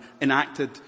enacted